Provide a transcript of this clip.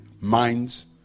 minds